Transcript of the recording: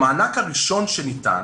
המענק הראשון שניתן,